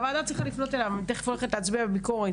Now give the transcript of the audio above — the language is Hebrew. הוועדה צריכה לפנות אליו תכף אני הולכת להתעצבן בביקורת